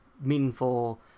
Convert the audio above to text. meaningful